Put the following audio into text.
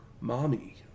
mommy